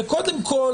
וקודם כל,